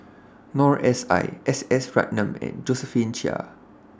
Noor S I S S Ratnam and Josephine Chia